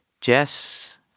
jess